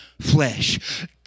flesh